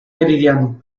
meridiano